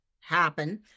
happen